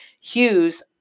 Hughes